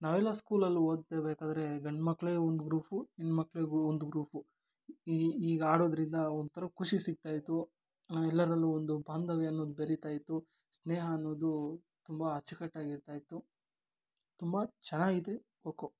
ನಾವೆಲ್ಲ ಸ್ಕೂಲಲ್ಲಿ ಓದ್ತಿರಬೇಕಾದ್ರೆ ಗಂಡುಮಕ್ಳೆ ಒಂದು ಗ್ರೂಫು ಹೆಣ್ಣುಮಕ್ಳಿಗು ಒಂದು ಗ್ರೂಪು ಹೀಗ್ ಹೀಗ್ ಆಡೋದರಿಂದ ಒಂಥರ ಖುಷಿ ಸಿಕ್ತಾ ಇತ್ತು ಎಲ್ಲರಲ್ಲೂ ಒಂದು ಬಾಂಧವ್ಯ ಅನ್ನೋದು ಬೆರೀತಾ ಇತ್ತು ಸ್ನೇಹ ಅನ್ನೋದು ತುಂಬ ಅಚ್ಚುಕಟ್ಟಾಗಿ ಇರುತ್ತಾ ಇತ್ತು ತುಂಬ ಚೆನ್ನಾಗಿದೆ ಖೊ ಖೋ